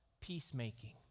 peacemaking